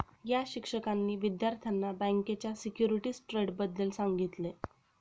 या शिक्षकांनी विद्यार्थ्यांना बँकेच्या सिक्युरिटीज ट्रेडबद्दल सांगितले